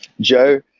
joe